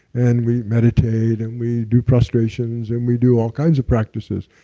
and we meditate and we do prostrations, and we do all kinds of practices,